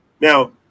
now